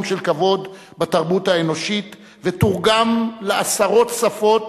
של כבוד בתרבות האנושית ותורגם לעשרות שפות,